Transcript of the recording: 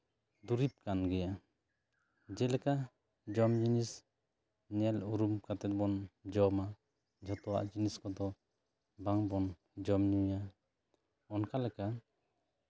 ᱫᱩᱨᱤᱵ ᱠᱟᱱ ᱜᱮᱭᱟ ᱡᱮᱞᱮᱠᱟ ᱡᱚᱢ ᱡᱤᱱᱤᱥ ᱧᱮᱞ ᱩᱨᱩᱢ ᱠᱟᱛᱮ ᱵᱚᱱ ᱡᱚᱢᱟ ᱡᱷᱚᱛᱚᱣᱟᱜ ᱡᱤᱱᱤᱥ ᱠᱚᱫᱚ ᱵᱟᱝᱵᱚᱱ ᱡᱚᱢ ᱧᱩᱭᱟ ᱚᱱᱠᱟ ᱞᱮᱠᱟ